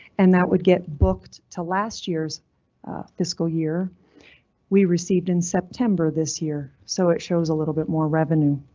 and that would get booked to last year's fiscal year we received in september this year, so it shows a little bit more revenue.